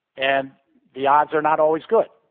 and the odds are not always good.